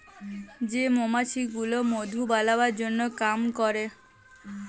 যে মমাছি গুলা মধু বালাবার জনহ কাম ক্যরে